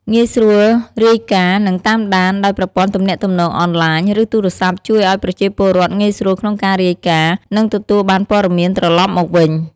ងាយស្រួលរាយការណ៍ និងតាមដាន ដោយប្រព័ន្ធទំនាក់ទំនងអនឡាញ ឬទូរស័ព្ទជួយឱ្យប្រជាពលរដ្ឋងាយស្រួលក្នុងការរាយការណ៍ និងទទួលបានព័ត៌មានត្រឡប់មកវិញ។